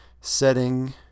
setting